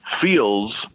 feels